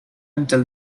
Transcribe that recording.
until